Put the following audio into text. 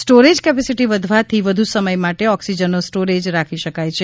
storage capacity વધવાથી વધુ સમય માટે ઓક્સિજનનો સ્ટોરેજ રાખી શકાય છે